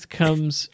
comes